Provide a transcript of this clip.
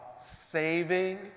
saving